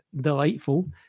delightful